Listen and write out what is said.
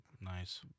nice